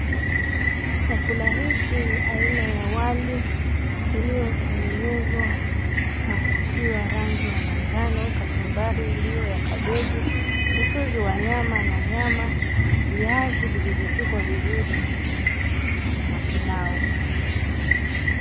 Chakula hiki ni aina ya wali iliyotengenezwa na kutiwa rangi ya manjano, kachumbari iliyo ya kabeji, mchuzi wa nyama na nyama, viazi vilivyopikwa vizuri na pilau.